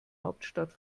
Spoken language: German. hauptstadt